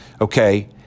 okay